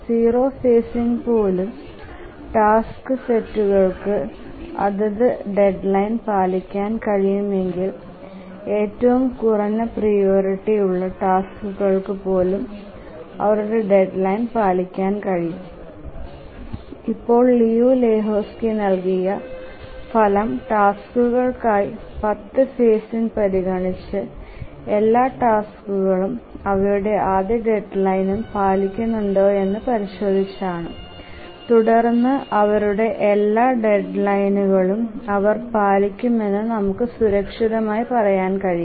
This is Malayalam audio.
0 ഫേസിങ് പോലും ടാസ്ക് സെറ്റുകൾക്ക് അതത് ഡെഡ്ലൈൻ പാലിക്കാൻ കഴിയുമെങ്കിൽ ഏറ്റവും കുറഞ്ഞ പ്രിയോറിറ്റി ഉള്ള ടാസ്ക്കുകൾക്ക് പോലും അവരുടെ ഡെഡ്ലൈൻ പാലിക്കാൻ കഴിയും ഇപ്പോൾ ലിയു ലെഹോസ്കി നൽകിയ ഫലം ടാസ്കുകൾക്കായി 0 ഫേസിങ് പരിഗണിച്ച് എല്ലാ ടാസ്കുകളും അവയുടെ ആദ്യ ഡെഡ്ലൈനും പാലിക്കുന്നുണ്ടോയെന്ന് പരിശോധിച്ചാണ് തുടർന്ന് അവരുടെ എല്ലാ ഡെഡ്ലൈനുകളും അവർ പാലിക്കുമെന്ന് നമുക്ക് സുരക്ഷിതമായി പറയാൻ കഴിയും